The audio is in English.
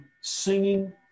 singing